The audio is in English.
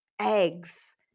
eggs